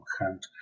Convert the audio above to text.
hand